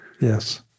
Yes